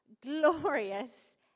Glorious